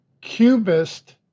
cubist